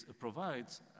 provides